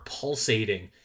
pulsating